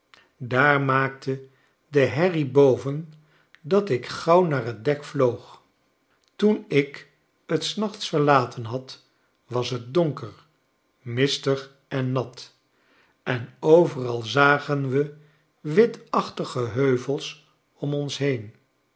daar maakte de herrie boven dat ik gauw naar t dek vloog toen ik t snachts verlaten had was t donker mistig en nat en overal zagen we witachtige heuvels om ons heen